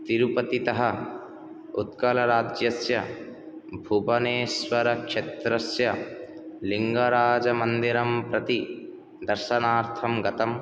तिरुपतितः उत्कलराज्यस्य भुवनेश्वर क्षेत्रस्य लिङ्गराज मन्दिरं प्रति दर्शनार्थं गतं